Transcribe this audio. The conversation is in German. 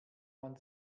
man